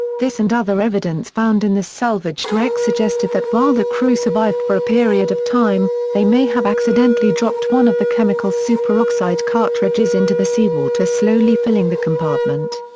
this and other evidence found in the salvaged wreck suggested that while the crew survived for a period of time, they may have accidentally dropped one of the chemical superoxide cartridges into the seawater slowly filling the compartment.